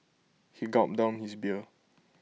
he gulped down his beer